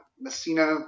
Messina